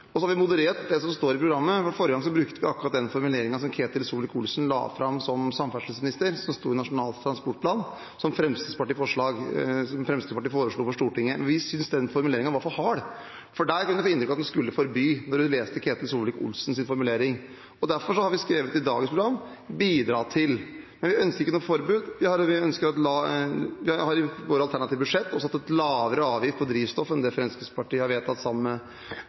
har moderert det som står i programmet. Forrige gang brukte vi akkurat den formuleringen som Ketil Solvik-Olsen la fram som samferdselsminister – den som sto i Nasjonal transportplan, og som Fremskrittspartiet foreslo for Stortinget. Vi syntes den formuleringen var for hard, for der kunne man få inntrykk av at man skulle forby, når man leste Ketil Solvik-Olsens formulering. Derfor har vi skrevet «bidra til» i dagens program. Vi ønsker ikke noe forbud. Vi har i vårt alternative budsjett en lavere avgift på drivstoff enn det Fremskrittspartiet har vedtatt sammen med